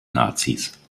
nazis